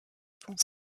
pont